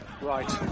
Right